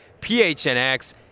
PHNX